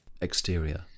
Exterior